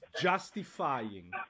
justifying